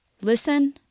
listen